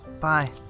Bye